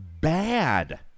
bad